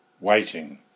waiting